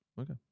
Okay